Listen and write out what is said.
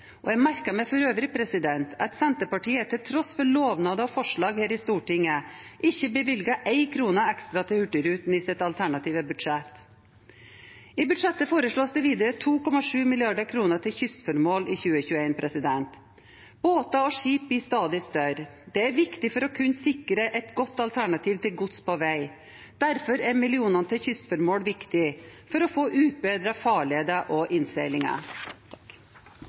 Jeg merket meg for øvrig at Senterpartiet, til tross for lovnader og forslag her i Stortinget, ikke bevilget én krone ekstra til Hurtigruten i sitt alternative budsjett. I budsjettet foreslås det videre 2,7 mrd. kr til kystformål i 2021. Båter og skip blir stadig større. Det er viktig for å kunne sikre et godt alternativ til gods på vei. Derfor er millionene til kystformål viktige for å få utbedret farleder og innseilinger.